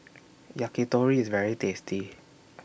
Yakitori IS very tasty